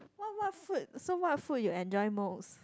what what food so what food you enjoy most